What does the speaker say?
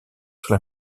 sur